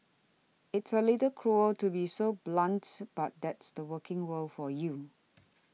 it's a little cruel to be so blunts but that's the working world for you